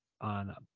on